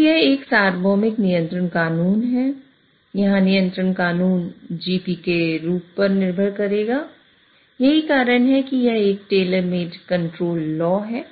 तो यह एक सार्वभौमिक नियंत्रण कानून है